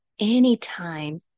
anytime